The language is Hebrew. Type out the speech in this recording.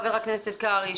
חבר הכנסת קרעי,